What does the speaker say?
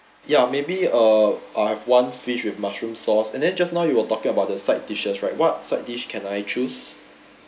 ya maybe uh I'll have one fish with mushroom sauce and then just now you were talking about the side dishes right what side dish can I choose